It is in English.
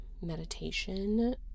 meditation